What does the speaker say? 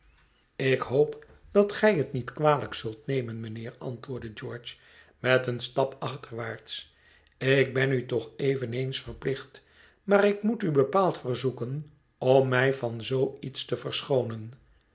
ik hoop dat gij het niet kwalijk zult nemen mijnheer antwoordde george met een stap achterwaarts ik ben u toch eveneens verplicht maar ik moet u bepaald verzoeken om mij van zoo iets te verschoonen